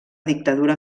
dictadura